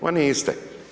Ma niste!